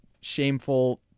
shameful